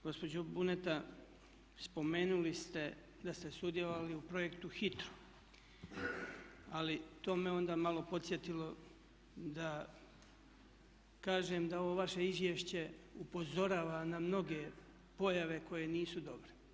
Gospođo Buneta spomenuli ste da ste sudjelovali u projektu HITRO ali to me onda malo podsjetilo da kažem da ovo važe izvješće upozorava na mnoge pojave koje nisu dobre.